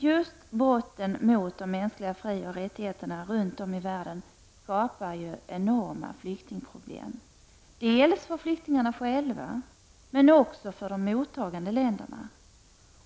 Just brotten mot de mänskliga frioch rättigheterna runtom i världen skapar enorma flyktingproblem, dels för flyktingarna själva, dels för de mottagande länderna.